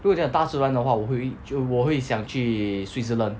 如果讲大自然的话我会我会想去 switzerland